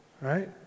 right